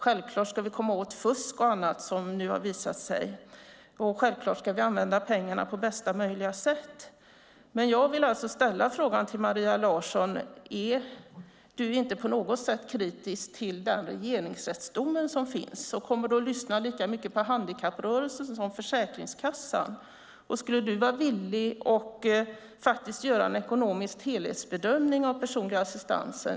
Självklart ska vi komma åt fusk och annat, som det har visat sig förekommer. Självklart ska vi använda pengarna på bästa möjliga sätt. Jag har några frågor till Maria Larsson: Är du inte på något sätt kritisk till den regeringsrättsdom som finns? Kommer du att lyssna lika mycket på handikapprörelsen som på Försäkringskassan? Skulle du vara villig att låta göra en ekonomisk helhetsbedömning av personlig assistans?